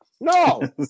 No